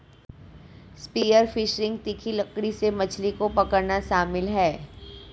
spear fishing तीखी लकड़ी से मछली को पकड़ना शामिल है